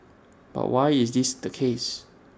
but why is this the case